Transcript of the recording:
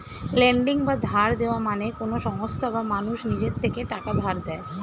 lending বা ধার দেওয়া মানে কোন সংস্থা বা মানুষ নিজের থেকে টাকা ধার দেয়